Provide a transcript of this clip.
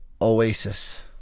Oasis